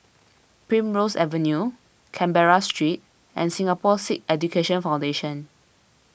Primrose Avenue Canberra Street and Singapore Sikh Education Foundation